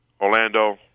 Orlando